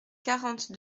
quarante